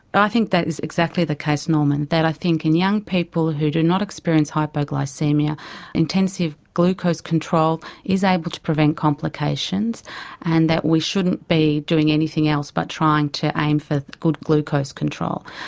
i think that is exactly the case norman, that i think in young people who do not experience hypoglycaemia intensive glucose control is able to prevent complications and that we shouldn't be doing anything else by but trying to aim for good glucose control.